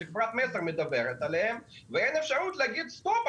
שחברת מסר מדוורת אליהם ואין אפשרות להגיד סטופ,